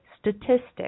statistics